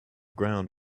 ground